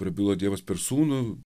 prabilo dievas per sūnų